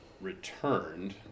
returned